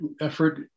effort